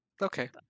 Okay